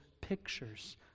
pictures